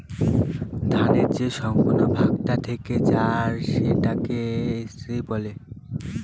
ধানের যে শুকনা ভাগটা থেকে যায় সেটাকে স্ত্র বলে